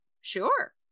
sure